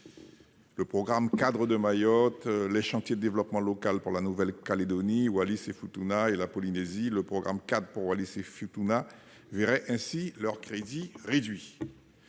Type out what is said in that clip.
Le programme « Cadres de Mayotte », les chantiers de développement local pour la Nouvelle-Calédonie, Wallis-et-Futuna et la Polynésie et le programme « Cadres pour Wallis-et-Futuna » verraient ainsi leurs crédits réduits.